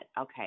okay